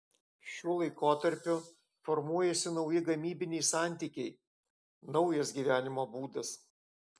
šiuo laikotarpiu formuojasi nauji gamybiniai santykiai naujas gyvenimo būdas